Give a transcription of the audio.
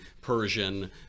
Persian